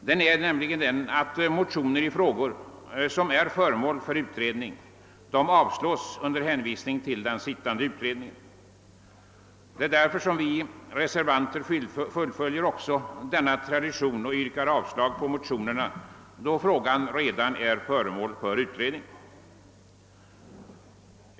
Denna praxis håller utskottet mycket hårt på och herr ordföranden brukar säga: Högst en skrivelse till Kungl. Maj:t om året. Vi reservanter fullföljer denna tradition och yrkar avslag på motionerna, eftersom frågan redan är föremål för utredning.